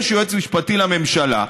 יש יועץ משפטי לממשלה,